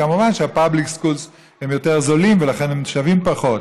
כמובן שה-Public Schools הם יותר זולים ולכן הם שווים פחות,